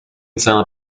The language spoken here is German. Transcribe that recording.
seiner